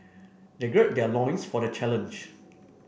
they gird their loins for the challenge